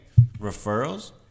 referrals